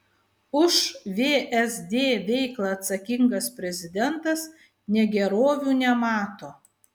už vsd veiklą atsakingas prezidentas negerovių nemato